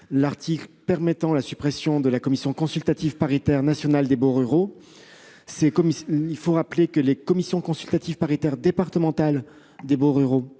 l'article permettant la suppression de la Commission consultative paritaire nationale des baux ruraux (CCPNBR). Les commissions consultatives paritaires départementales des baux ruraux